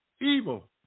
evil